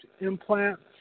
implants